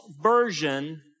version